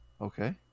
okay